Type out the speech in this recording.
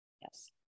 Yes